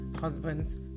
husbands